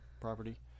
property